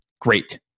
Great